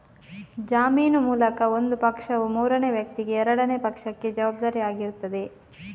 ಜಾಮೀನು ಮೂಲಕ ಒಂದು ಪಕ್ಷವು ಮೂರನೇ ವ್ಯಕ್ತಿಗೆ ಎರಡನೇ ಪಕ್ಷಕ್ಕೆ ಜವಾಬ್ದಾರಿ ಆಗಿರ್ತದೆ